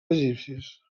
egipcis